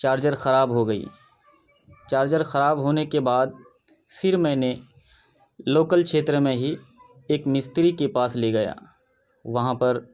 charger خراب ہو گئی چارجر خراب ہونے کے بعد پھر میں نے لوکل چھیتر میں ہی ایک مستری کے پاس لے گیا وہاں پر